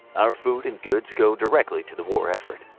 our food and goods go directly to the war effort.